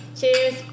cheers